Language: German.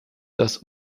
das